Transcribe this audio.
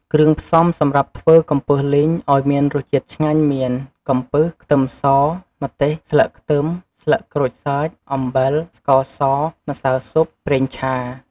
គ្រឿងផ្សំំសម្រាប់ធ្វើកំពឹសលីងឱ្យមានរសជាតិឆ្ងាញ់មាន កំពឹស ខ្ទឹមស ម្ទេស ស្លឹកខ្ទឹម ស្លឹកក្រូចសើច អំបិល ស្ករស ម្សៅស៊ុប ប្រេងឆា។